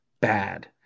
bad